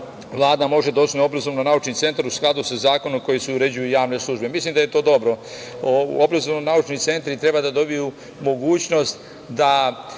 Vlada može da osnuje obrazovno-naučni centar u skladu sa zakonom kojim se uređuju javne službe.“ Mislim da je to dobro. Obrazovno-naučni centri treba da dobiju mogućnost da